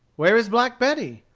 where is black betty?